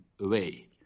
away